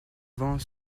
vent